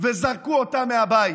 וזרקו אותם מהבית?